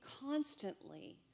constantly